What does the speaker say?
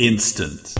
Instant